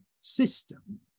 system